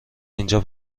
اینجا